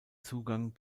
zugang